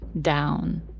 down